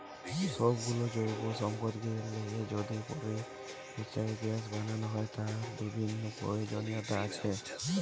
সব গুলো জৈব সম্পদকে লিয়ে যদি পচিয়ে গ্যাস বানানো হয়, তার বিভিন্ন প্রয়োজনীয়তা আছে